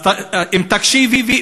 אם תקשיבי,